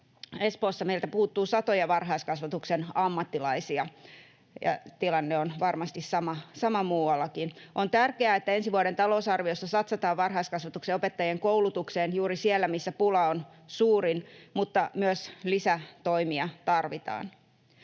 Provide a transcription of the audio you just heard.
Espoossa meiltä puuttuu satoja varhaiskasvatuksen ammattilaisia, ja tilanne on varmasti sama muuallakin. On tärkeää, että ensi vuoden talousarviossa satsataan varhaiskasvatuksen opettajien koulutukseen juuri siellä, missä pula on suurin, mutta myös lisätoimia tarvitaan.